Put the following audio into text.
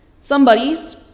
Somebodies